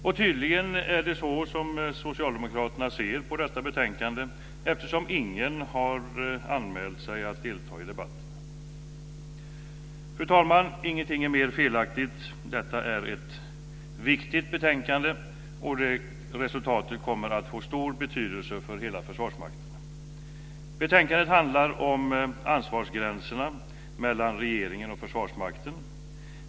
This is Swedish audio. Och tydligen är det så socialdemokraterna ser på detta betänkande eftersom ingen har anmält sig att delta i debatten. Fru talman! Ingenting är mer felaktigt. Detta är ett mycket viktigt betänkande, och resultatet kommer att få stor betydelse för hela Försvarsmakten. Betänkandet handlar om ansvarsgränserna mellan regeringen och Försvarsmakten.